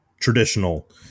traditional